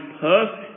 perfect